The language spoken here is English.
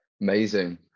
Amazing